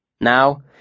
Now